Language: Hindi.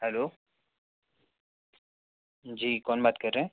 हैलो जी कौन बात कर रहे हैं